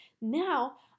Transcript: Now